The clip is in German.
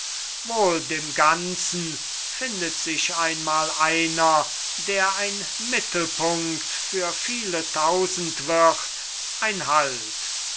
wohl dem ganzen findet sich einmal einer der ein mittelpunkt für viele tausend wird ein halt